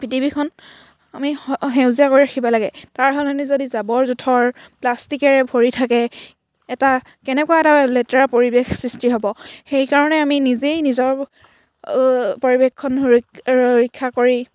পৃথিৱীখন আমি সেউজীয়া কৰি ৰাখিব লাগে তাৰ সলনি যদি জাবৰ জোঁথৰ প্লাষ্টিকেৰে ভৰি থাকে এটা কেনেকুৱা এটা লেতেৰা পৰিৱেশ সৃষ্টি হ'ব সেইকাৰণে আমি নিজেই নিজৰ পৰিৱেশখন সুৰক্ষা কৰি